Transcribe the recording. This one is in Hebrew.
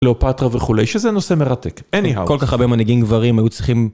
קליאופטרה וכולי שזה נושא מרתק, אניהאו כל כך הרבה מנהיגים גברים היו צריכים.